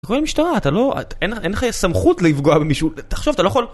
אתה קורא למשטרה, אתה לא... אין לך סמכות לפגוע במישהו, תחשוב, אתה לא יכול...